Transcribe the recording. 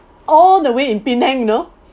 all the way in penang you know